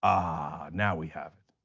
ah now we have it.